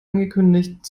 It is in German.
angekündigt